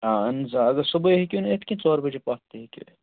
آ اہن حظ آ اگر صُبحٲے ہیٚکِونہٕ یِتھ کیٚنٛہہ ژور بجے پَتہٕ تہِ ہیٚکِو یِتھ